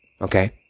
Okay